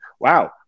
wow